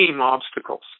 obstacles